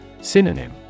Synonym